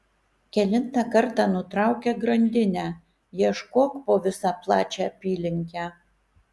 kelintą kartą nutraukia grandinę ieškok po visą plačią apylinkę